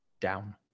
down